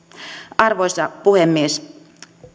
arvoisa puhemies